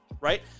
right